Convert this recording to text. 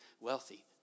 wealthy